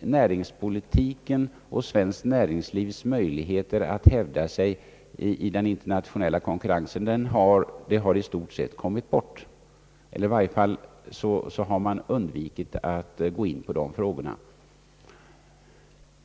näringspolitiken och svenskt näringslivs möjligheter att hävda sig i den internationella konkurrensen har i stort sett kommit bort; i varje fall har man undvikit att gå in på dessa frågor.